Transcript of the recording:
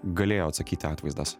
galėjo atsakyti atvaizdas